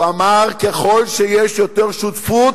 הוא אמר: ככל שיש שותפות,